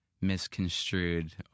misconstrued